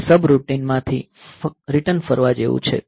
તે સબરૂટિન માંથી રીટર્ન ફરવા જેવું છે